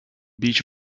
beach